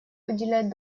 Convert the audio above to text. уделять